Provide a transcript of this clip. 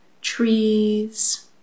trees